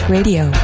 Radio